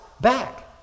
back